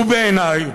בעיניי,